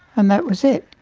and that was it.